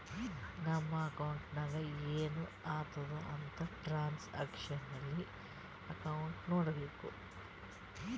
ನಮ್ ಅಕೌಂಟ್ನಾಗ್ ಏನೇನು ಆತುದ್ ಅಂತ್ ಟ್ರಾನ್ಸ್ಅಕ್ಷನಲ್ ಅಕೌಂಟ್ ನೋಡ್ಬೇಕು